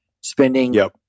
spending